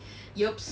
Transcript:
yups